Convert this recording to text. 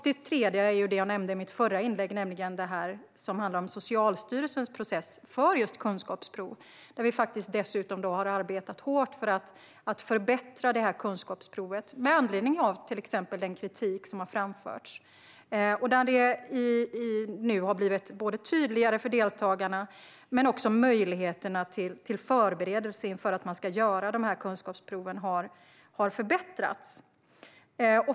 Det tredje är det som jag nämnde i mitt förra inlägg, nämligen Socialstyrelsens process med kunskapsprov. Vi har arbetat hårt för att förbättra kunskapsprovet med anledning av exempelvis den kritik som har framförts. Det har nu blivit tydligare för deltagarna, och möjligheterna till förberedelse inför kunskapsproven har också förbättrats.